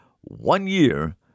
one-year